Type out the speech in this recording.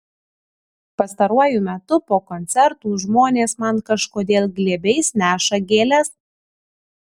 pastaruoju metu po koncertų žmonės man kažkodėl glėbiais neša gėles